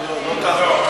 לא.